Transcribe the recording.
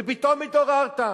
ופתאום התעוררת.